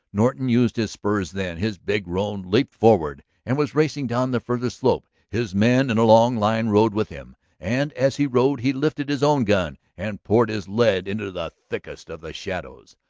norton used his spurs then his big roan leaped forward and was racing down the farther slope his men in a long line rode with him. and as he rode he lifted his own gun and poured his lead into the thickest of the shadows.